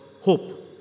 hope